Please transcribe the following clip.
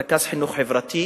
רכז חינוך חברתי,